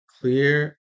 clear